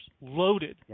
Loaded